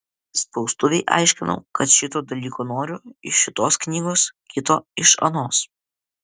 spaustuvei aiškinau kad šito dalyko noriu iš šitos knygos kito iš anos